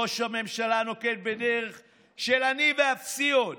ראש הממשלה נוקט דרך של אני ואפסי עוד.